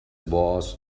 was